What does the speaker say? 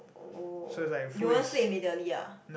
oh you want sleep immediately ah